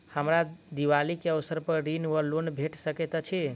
हमरा दिपावली केँ अवसर पर ऋण वा लोन भेट सकैत अछि?